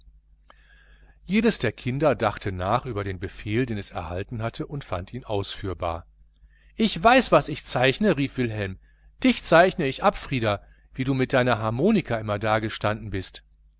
jedes der kinder dachte nach über den befehl den es erhalten hatte und fand ihn ausführbar ich weiß was ich zeichne rief wilhelm dich zeichne ich ab frieder wie du mit deiner harmonika immer da gestanden bist